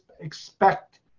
expect